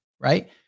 right